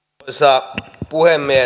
arvoisa puhemies